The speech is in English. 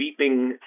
beeping